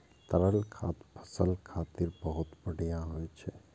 तरल खाद फसल खातिर बहुत बढ़िया होइ छै